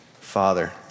Father